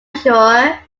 sure